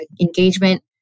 engagement